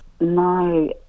No